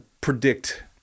predict